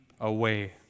away